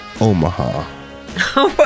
Omaha